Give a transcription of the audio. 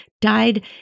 died